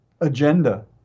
agenda